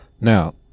Now